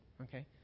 okay